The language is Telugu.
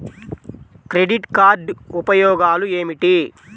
క్రెడిట్ కార్డ్ ఉపయోగాలు ఏమిటి?